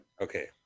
Okay